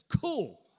cool